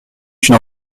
une